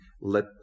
let